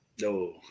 No